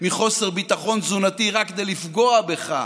כל צעיר רביעי בישראל סובל מחוסר ביטחון תזונתי רק כדי לפגוע בך,